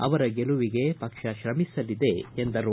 ಅವರ ಗೆಲುವಿಗೆ ಪಕ್ಷ ಶ್ರಮಿಸಲಿದೆ ಎಂದರು